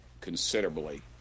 considerably